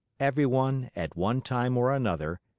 everyone, at one time or another,